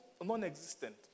non-existent